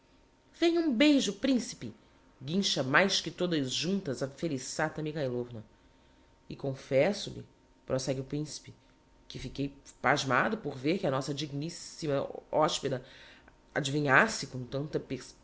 venha um beijo principe guincha mais que todas juntas a felissata mikhailovna e confesso-lhe prosegue o principe que fiquei pasmado por ver que a nossa digni ssima hos peda adivinhasse com tanta